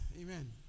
amen